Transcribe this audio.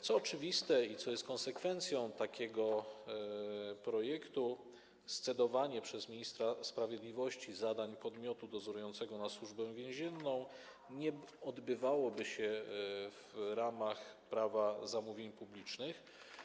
Co oczywiste i co jest konsekwencją takiego projektu, scedowanie przez ministra sprawiedliwości zadań podmiotu dozorującego na Służbę Więzienną nie odbywałoby się w ramach Prawa zamówień publicznych.